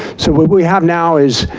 so what we have now is,